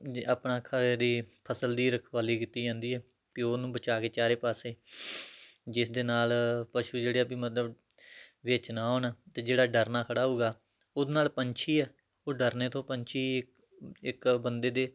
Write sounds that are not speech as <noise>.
ਜੇ ਆਪਣਾ <unintelligible> ਫਸਲ ਦੀ ਰਖਵਾਲੀ ਕੀਤੀ ਜਾਂਦੀ ਅਤੇ ਓਹਨੂੰ ਬਚਾਅ ਕੇ ਚਾਰੇ ਪਾਸੇ ਜਿਸ ਦੇ ਨਾਲ ਪਸ਼ੂ ਜਿਹੜੇ ਆ ਵੀ ਮਤਲਬ ਵਿੱਚ ਨਾ ਆਉਣ ਅਤੇ ਜਿਹੜਾ ਡਰਨਾ ਖੜਾ ਹੋਊਗਾ ਉਹਦੇ ਨਾਲ ਪੰਛੀ ਆ ਉਹ ਡਰਨੇ ਤੋਂ ਪੰਛੀ ਇੱਕ ਇੱਕ ਬੰਦੇ ਦੇ